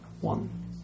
One